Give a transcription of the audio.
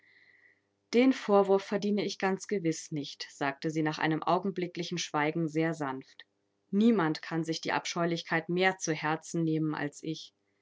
den vorwurf verdiene ich ganz gewiß nicht sagte sie nach einem augenblicklichen schweigen sehr sanft niemand kann sich die abscheulichkeit mehr zu herzen nehmen als ich